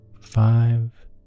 five